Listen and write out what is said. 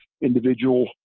individual